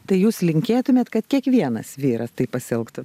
tai jūs linkėtumėt kad kiekvienas vyras taip pasielgtų